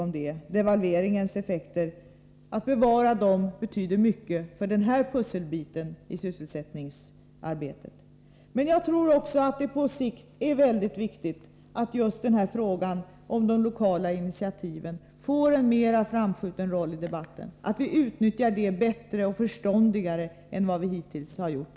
Bevarandet av devalveringens effekter betyder mycket i fråga om den senare pusselbiten. På sikt tror jag att det är mycket viktigt att just frågan om de lokala initiativen får en mera framskjuten plats i debatten. Vi måste utnyttja dessa på ett bättre och förståndigare sätt än vad som hittills varit fallet.